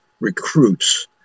recruits